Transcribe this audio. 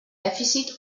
dèficit